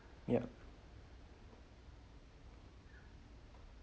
yup